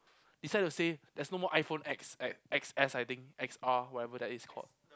it's sad to say there's no more iPhone X X X S I think X R whatever that it's called